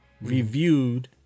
reviewed